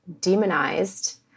demonized